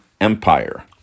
empire